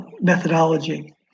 methodology